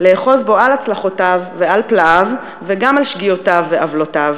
לאחוז בו על הצלחותיו ועל פלאיו וגם על שגיאותיו ועוולותיו,